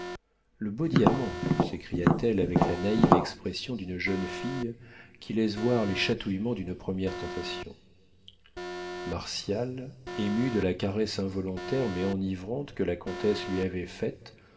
le beau diamant s'écria-t-elle avec la naïve expression d'une jeune fille qui laisse voir les chatouillements d'une première tentation martial ému de la caresse involontaire mais enivrante que la comtesse lui avait faite